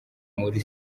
muri